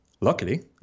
luckily